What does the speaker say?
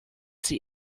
sie